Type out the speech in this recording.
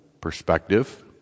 perspective